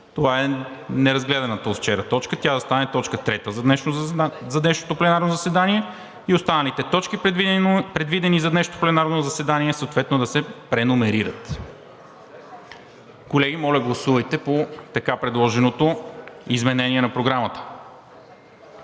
Това е неразгледаната от вчера точка и тя да стане точка трета за днешното пленарно заседание. Останалите точки, предвидени за днешното пленарно заседание, съответно да се преномерират. Колеги, моля, гласувайте по така предложеното изменение на Програмата.